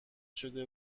شده